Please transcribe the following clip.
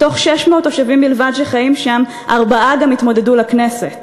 מתוך 600 תושבים בלבד שחיים שם ארבעה התמודדו לכנסת.